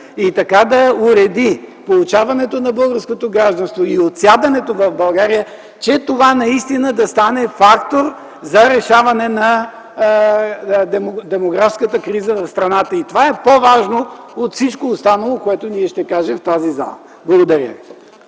и така да уреди получаването на българското гражданство или отсядането в България, че това наистина да стане фактор за решаване на демографската криза в страната. И това е по-важно от всичко останало, което ние ще кажем в тази зала. Благодаря.